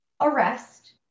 arrest